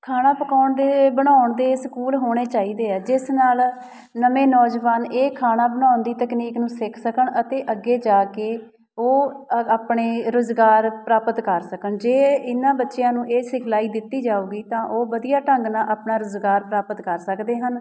ਖਾਣਾ ਪਕਾਉਣ ਦੇ ਬਣਾਉਣ ਦੇ ਸਕੂਲ ਹੋਣੇ ਚਾਹੀਦੇ ਆ ਜਿਸ ਨਾਲ ਨਵੇਂ ਨੌਜਵਾਨ ਇਹ ਖਾਣਾ ਬਣਾਉਣ ਦੀ ਤਕਨੀਕ ਨੂੰ ਸਿੱਖ ਸਕਣ ਅਤੇ ਅੱਗੇ ਜਾ ਕੇ ਉਹ ਅ ਆਪਣੇ ਰੁਜ਼ਗਾਰ ਪ੍ਰਾਪਤ ਕਰ ਸਕਣ ਜੇ ਇਹਨਾਂ ਬੱਚਿਆਂ ਨੂੰ ਇਹ ਸਿਖਲਾਈ ਦਿੱਤੀ ਜਾਊਗੀ ਤਾਂ ਉਹ ਵਧੀਆ ਢੰਗ ਨਾਲ ਆਪਣਾ ਰੁਜ਼ਗਾਰ ਪ੍ਰਾਪਤ ਕਰ ਸਕਦੇ ਹਨ